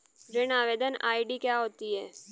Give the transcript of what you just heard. ऋण आवेदन आई.डी क्या होती है?